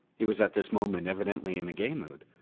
he was at this moment evidently in a gay mood.